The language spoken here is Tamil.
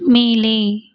மேலே